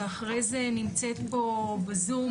ואחרי זה נמצאת פה בזום,